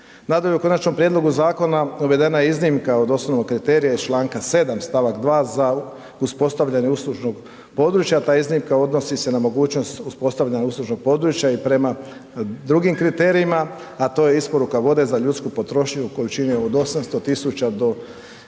Nadalje, u Konačnom prijedlogu zakona uvedena je iznimka od osnovnog kriterija iz čl. 7. st. 2. za uspostavljanje uslužnog područja, ta iznimka odnosi se na mogućnost uspostavljanja uslužnog područja i prema drugim kriterijima, a to je isporuka vode za ljudsku potrošnju u količini od 800 000 do